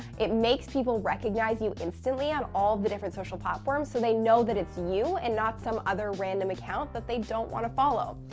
it makes people recognize you instantly on all the different social platforms, so they know that it's you and not some other random account that they don't want to follow.